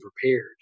prepared